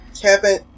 Kevin